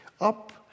up